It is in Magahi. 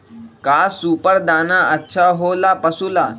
का सुपर दाना अच्छा हो ला पशु ला?